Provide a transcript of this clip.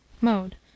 mode